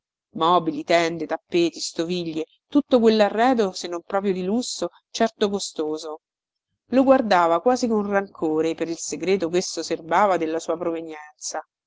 mobili tende tappeti stoviglie tutto quellarredo se non proprio di lusso certo costoso lo guardava quasi con rancore per il segreto chesso serbava della sua provenienza